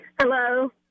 Hello